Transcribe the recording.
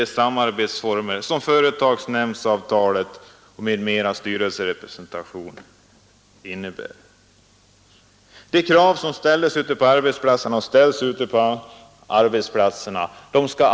Sekretessbestämmelserna innebär att en arbetarrepresentant av den övriga styrelsen kan åläggas att ej föra ut ett visst beslut.